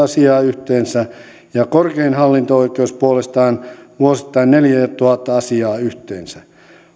asiaa yhteensä ja korkein hallinto oikeus puolestaan vuosittain neljätuhatta asiaa yhteensä